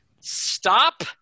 stop